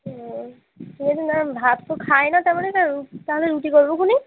ও বলছি মা ভাত তো খায় না তেমন তাহলে রুটি করবো খুনি